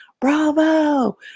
bravo